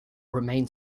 remain